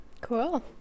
Cool